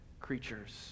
creatures